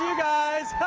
guys!